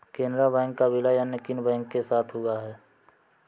Canara bank का विलय अन्य किन बैंक के साथ हुआ है?